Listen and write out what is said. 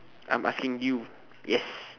I'm asking you yes